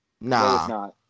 Nah